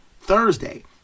Thursday